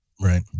Right